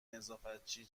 نظافتچی